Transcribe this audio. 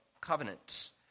covenants